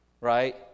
right